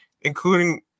including